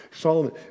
Solomon